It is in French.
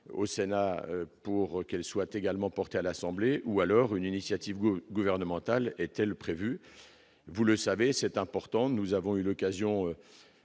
au Sénat pour qu'elle soit également porté à l'Assemblée, ou alors une initiative ou gouvernementale est-elle prévue, vous le savez, c'est important, nous avons eu l'occasion